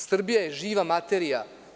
Srbija je živa materija.